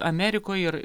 amerikoj ir